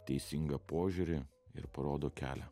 teisingą požiūrį ir parodo kelią